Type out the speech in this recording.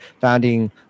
founding